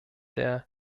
der